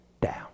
down